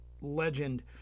legend